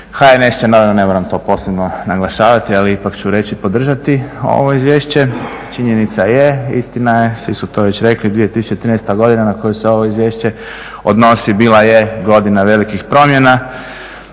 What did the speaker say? HNS će naravno, ne moram to posebno naglašavati, ali ipak ću reći, podržati ovo izvješće. Činjenica je, istina je, svi su to već rekli, 2013. godina na koju se ovo izvješće odnosi bila je godina velikih promjena,